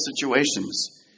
situations